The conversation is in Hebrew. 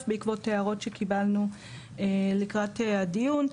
בעקבות ההערות שקיבלנו לקראת הדיון,